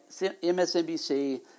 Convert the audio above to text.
MSNBC